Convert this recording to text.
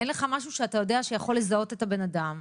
אין לך משהו שאתה יודע שיכול לזהות את הבן אדם,